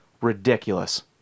ridiculous